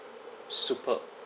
superb